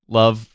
love